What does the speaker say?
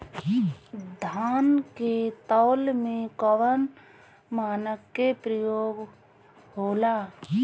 धान के तौल में कवन मानक के प्रयोग हो ला?